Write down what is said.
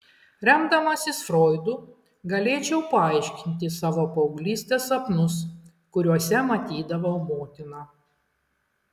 remdamasis froidu galėčiau paaiškinti savo paauglystės sapnus kuriuose matydavau motiną